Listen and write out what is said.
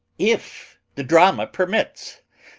if the drama permits!